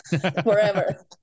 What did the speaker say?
forever